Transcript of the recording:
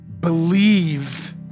believe